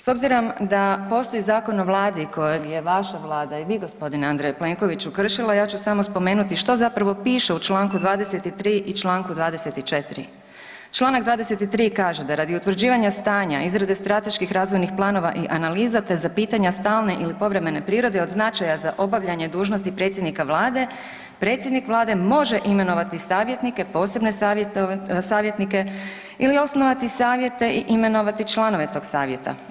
S obzirom da postoji Zakon o vladi kojeg je vaša vlada i vi g. Andreju Plenkoviću kršila, ja ću samo spomenuti što zapravo piše u čl. 23 i čl. 24 Čl. 23 kaže da radi utvrđivanja stanja, izrade strateških razvojnih planova i analiza te za pitanje stalne ili povremene prirode od značaja za obavljanje dužnosti predsjednika Vlade, predsjednik Vlade može imenovati savjetnike, posebne savjetnike ili osnovati savjete i imenovati članove tog savjeta.